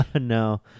No